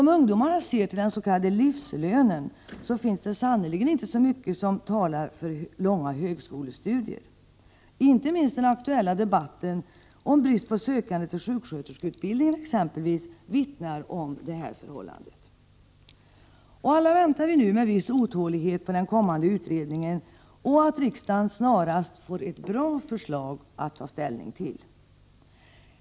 Om ungdomarna ser till den s.k. livslönen, finns det sannerligen inte särskilt mycket som talar för långa högskolestudier. Inte minst den aktuella debatten om bristen på sökande till sjuksköterskeutbildningen exempelvis vittnar om detta förhållande. Alla väntar vi nu med viss otålighet på den kommande utredningen och hoppas att riksdagen snarast får ett bra förslag att ta ställning till.